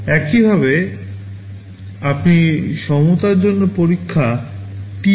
একইভাবে আপনি সমতার জন্য পরীক্ষা TEQ